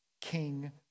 king